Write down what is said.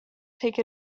take